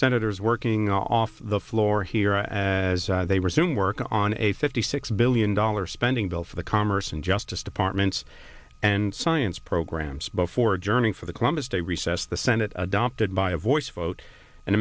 senators working off the floor here as they resume work on a fifty six billion dollars spending bill for the commerce and justice departments and science programs before adjourning for the columbus day recess the senate adopted by a voice vote an